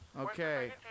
Okay